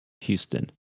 Houston